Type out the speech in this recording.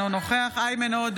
אינו נוכח איימן עודה,